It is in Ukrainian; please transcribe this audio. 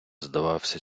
здавався